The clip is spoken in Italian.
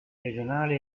regionali